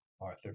Arthur